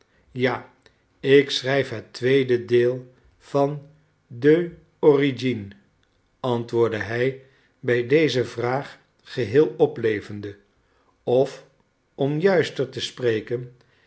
ja ik schrijf het tweede deel van deux origines antwoordde hij bij deze vraag geheel oplevende of om juister te spreken